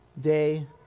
day